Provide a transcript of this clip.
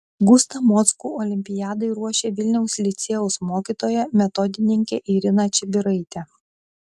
gustą mockų olimpiadai ruošė vilniaus licėjaus mokytoja metodininkė irina čibiraitė